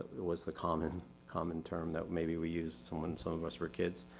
it was the common common term that maybe we used some and so of us were kids.